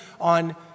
on